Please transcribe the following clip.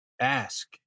Ask